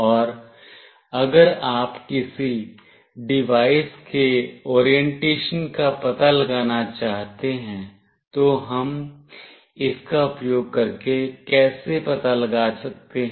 और अगर आप किसी डिवाइस के उन्मुखीकरण का पता लगाना चाहते हैं तो हम इसका उपयोग करके कैसे पता लगा सकते हैं